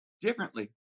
differently